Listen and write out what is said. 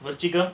what chicken